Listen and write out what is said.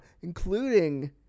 including